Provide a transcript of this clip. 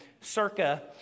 circa